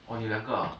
orh 你有两个 ah